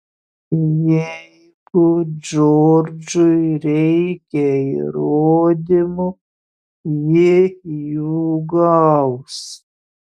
jeigu džordžui reikia įrodymų ji jų gaus